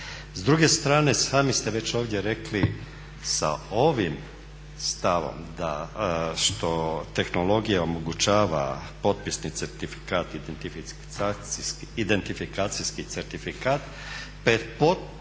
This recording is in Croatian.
S druge strane sami ste već ovdje rekli sa ovim stavom da što tehnologija omogućava potpisni certifikat, identifikacijski certifikat